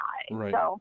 Right